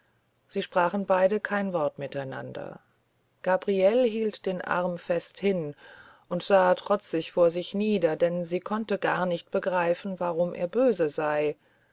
sie sprachen beide kein wort miteinander gabriele hielt den arm fest hin und sah trotzig vor sich nieder denn sie konnte gar nicht begreifen warum er böse sei